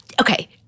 Okay